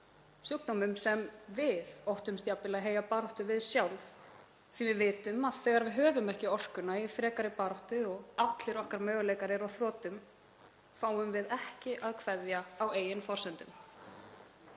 sjúkdómum sem við óttuðumst jafnvel að heyja baráttu við sjálf því við vitum að þegar við höfum ekki orkuna í frekari baráttu og allir okkar möguleikar eru á þrotum fáum við ekki að kveðja á eigin forsendum.